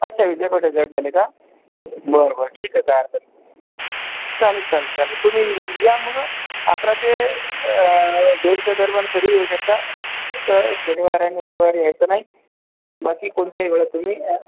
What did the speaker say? अच्छा विद्यापीठात जॉइन झाले का बरं बरं ठीक आहे काही हरकत नाही चालेल चालेल चालेल तुम्ही या मग अकरा ते आं दोनच्या दरम्यान कधीही येऊ शकता फक्त शनिवारी आणि रविवारी यायचं नाही बाकी कोणत्याही वेळात तुम्ही या